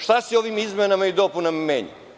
Šta se ovim izmenama i dopunama menja?